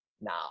now